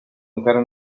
encara